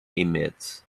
emits